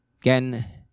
again